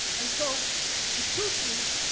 and so the truth is,